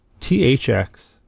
THX